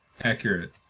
Accurate